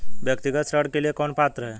व्यक्तिगत ऋण के लिए कौन पात्र है?